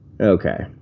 Okay